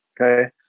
Okay